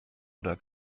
oder